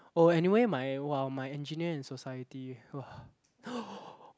oh anyway my !wow! my engineer in society !wah!